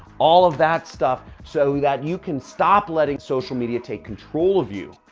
all of that stuff so that you can stop letting social media take control of you.